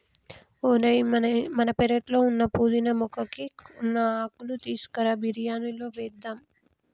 ఓయ్ మన పెరట్లో ఉన్న పుదీనా మొక్కకి ఉన్న ఆకులు తీసుకురా బిరియానిలో వేద్దాం